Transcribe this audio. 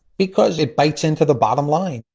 because it bites into the bottom line,